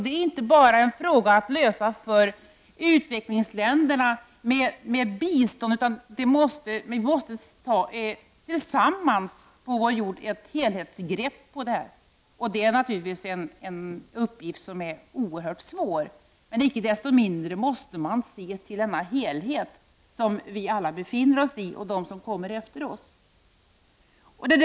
Det är inte något som enbart utvecklingsländerna genom bistånd skall lösa, utan människorna här på jorden måste tillsammans ta ett helhetsgrepp om dessa saker. Det är naturligtvis en oerhört svår uppgift. Men icke desto mindre måste man se till helheten. Det gäller inte bara oss utan även dem som kommer efter oss.